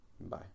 Bye